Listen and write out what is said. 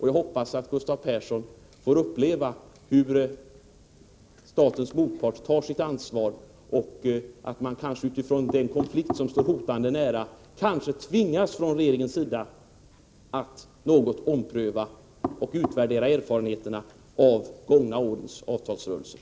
Jag hoppas att Gustav Persson får uppleva hur statens motpart tar sitt ansvar och att regeringen, utifrån den konflikt som står hotande nära, kanske tvingas att något ompröva och utvärdera erfarenheterna av de gångna årens avtalsrörelser.